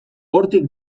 hortik